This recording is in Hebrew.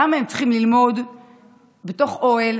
למה הם צריכים ללמוד בתוך אוהל